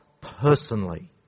personally